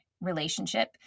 relationship